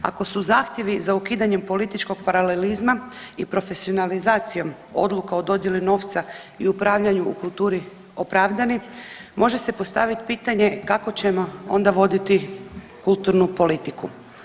Ako su zahtjevi za ukidanje političkog paralelizma i profesionalizacijom odluka o dodjeli novca i upravljanju u kulturi opravdani, može se postaviti pitanje kako ćemo onda voditi kulturnu politiku.